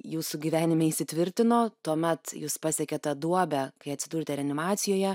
jūsų gyvenime įsitvirtino tuomet jūs pasiekėte tą duobę kai atsidūrėte reanimacijoje